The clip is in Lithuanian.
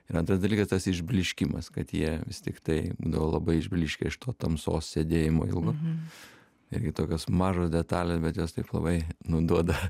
ir antras dalykas tas išblyškimas kad jie vis tiktai būdavo labai išblyškę iš to tamsos sėdėjimo ilgo irgi tokios mažos detalės bet jos taip labai nu duoda